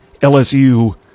LSU